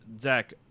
Zach